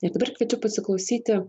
ir dabar kviečiu pasiklausyti